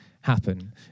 happen